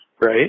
right